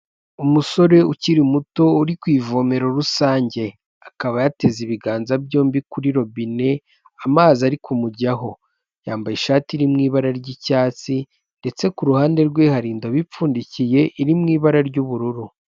Umusore ukiri muto uri ku ivomere rusange akaba yateze ibiganza byombi kuri robine amazi ari kumujyaho, yambaye ishati iri mu ibara ry'icyatsi ndetse ku ruhande rwe hari indabo ipfundikiye iri mu ibara ry'ubururu.